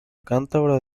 cántabra